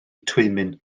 twymyn